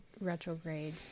retrograde